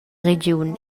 regiun